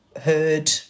heard